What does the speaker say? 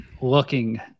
looking